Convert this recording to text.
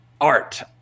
art